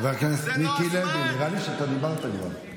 חבר הכנסת מיקי לוי, נראה לי שאתה דיברת כבר.